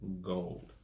gold